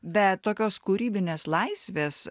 bet tokios kūrybinės laisvės